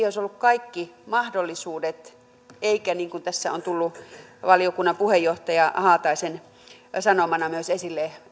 olisi ollut kaikki mahdollisuudet ja niin kuin tässä on tullut myös valiokunnan puheenjohtaja haataisen sanomana esille